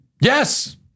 Yes